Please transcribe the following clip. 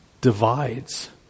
divides